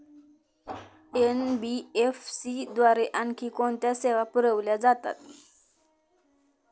NBFC द्वारे आणखी कोणत्या सेवा पुरविल्या जातात?